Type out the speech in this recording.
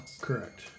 Correct